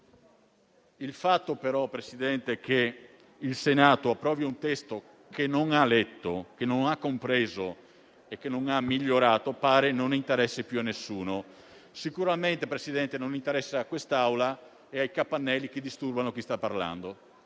Il fatto, però, signor Presidente, che il Senato approvi un testo che non ha letto, che non ha compreso e non ha migliorato pare non interessi più a nessuno. Sicuramente non interessa a quest'Assemblea né ai capannelli che disturbano chi sta parlando,